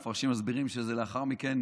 המפרשים מסבירים שלאחר מכן